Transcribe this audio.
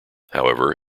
however